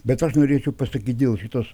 bet aš norėčiau pasakyt dėl šitos